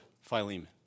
Philemon